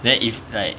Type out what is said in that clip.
then if like